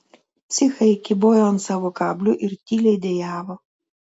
psichai kybojo ant savo kablių ir tyliai dejavo